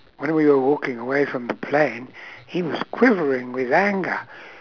when we were walking away from the plane he was quivering with anger